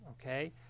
okay